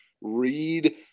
read